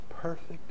perfect